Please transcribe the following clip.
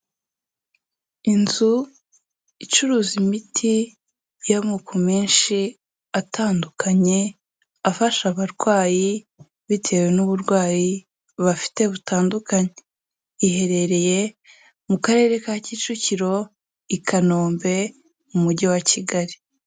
Inzu icuruza imiti y'amoko menshi atandukanye afasha abarwayi bitewe n'uburwayi bafite butandukanye iherereye mu karere ka Kicukiro i Kanombe mu mujyi wa Kigali.